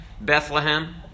Bethlehem